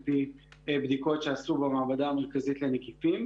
לפי בדיקות שעשו במעבדה המרכזית לנגיפים.